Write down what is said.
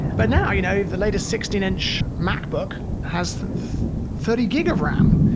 but now you know the the latest sixteen inch macbook has thirty gig of ram.